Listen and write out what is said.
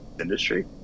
industry